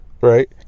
Right